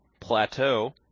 Plateau